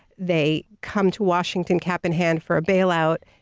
they come to washington, cap in hand, for a bailout.